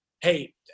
hey